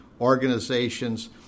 organizations